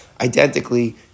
identically